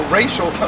racial